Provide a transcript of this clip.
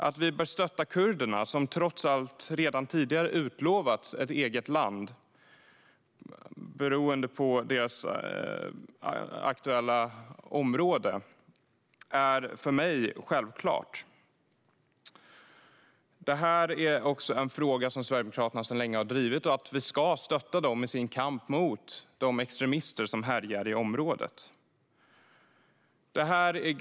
Att vi bör stötta kurderna, som trots allt redan tidigare har utlovats ett eget land med tanke på deras aktuella område, är för mig självklart. Att vi ska stötta dem i deras kamp mot de extremister som härjar i området är också en fråga som Sverigedemokraterna har drivit sedan länge.